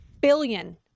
billion